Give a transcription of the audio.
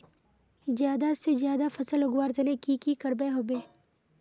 ज्यादा से ज्यादा फसल उगवार तने की की करबय होबे?